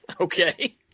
Okay